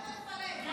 די, אבל, לפלג.